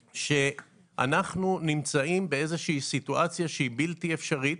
שאנחנו נמצאים באיזושהי סיטואציה שהיא בלתי אפשרית.